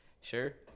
Sure